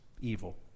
evil